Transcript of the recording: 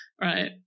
Right